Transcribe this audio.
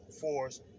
force